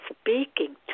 speaking